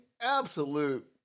absolute